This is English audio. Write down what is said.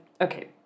Okay